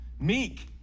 meek